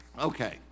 Okay